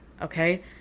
Okay